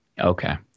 Okay